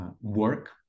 work